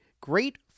great